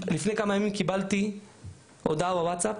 לפני כמה ימים קיבלתי הודעה בוואטסאפ,